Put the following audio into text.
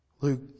Luke